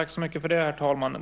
Herr talman!